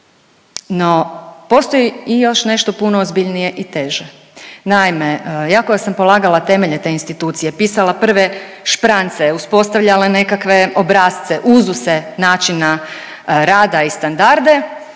No, postoji i još nešto puno ozbiljnije i teže. Naime, ja koja sam polagala temelje te institucije, pisala prve šprance, uspostavljala nekakve obrasce, uzuse načina rada i standarde,